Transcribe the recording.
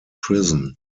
prison